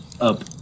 up